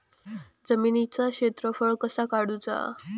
जमिनीचो क्षेत्रफळ कसा काढुचा?